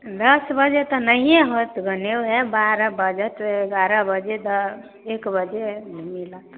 दश बजे तऽ नहिए होयत भने ओएह बारह बजे एगारह बजे दऽ एक बजे मिलत